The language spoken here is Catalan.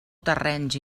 terrenys